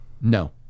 no